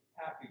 happy